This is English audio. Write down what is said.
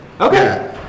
Okay